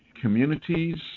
communities –